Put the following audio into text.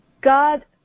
God